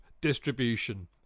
distribution